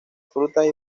frutas